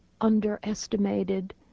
underestimated